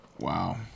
Wow